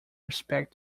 respect